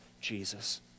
Jesus